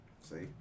See